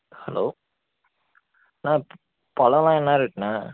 hello அண்ணா பழம்லாம் என்ன ரேட்ண்ணா